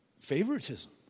favoritism